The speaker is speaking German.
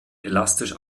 elastisch